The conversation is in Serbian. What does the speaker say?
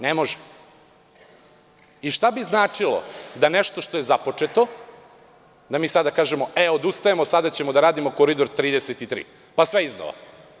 Ne može i šta bi značilo da nešto što je započeto, da mi sada kažemo – e, odustajemo, sada ćemo da radimo koridor 33, pa sve iznova.